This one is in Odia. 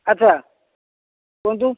ଆଚ୍ଛା କୁହନ୍ତୁ